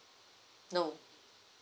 no